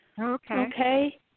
Okay